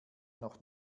noch